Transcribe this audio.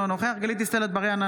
אינו נוכח גלית דיסטל אטבריאן,